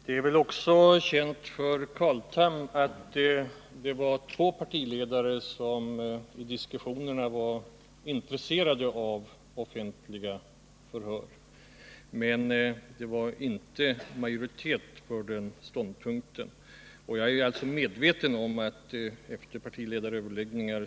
Herr talman! Det är väl också känt för Carl Tham att det var två partiledare som i diskussionerna var intresserade av offentliga förhör. Men det var inte majoritet för den ståndpunkten. Jag är alltså medveten om att efter partiledaröverläggningen